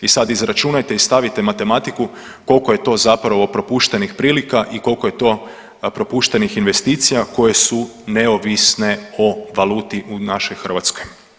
I sad izračunajte i stavite matematiku koliko je to zapravo propuštenih prilika i koliko je to propuštenih investicija koje su neovisne o valuti u našoj Hrvatskoj.